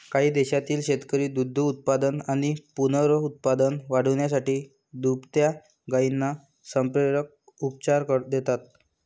काही देशांतील शेतकरी दुग्धोत्पादन आणि पुनरुत्पादन वाढवण्यासाठी दुभत्या गायींना संप्रेरक उपचार देतात